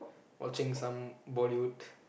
watching some Bollywood